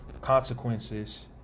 consequences